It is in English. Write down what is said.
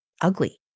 ugly